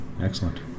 Excellent